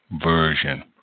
Version